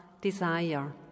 desire